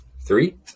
three